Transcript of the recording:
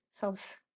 helps